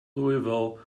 louisville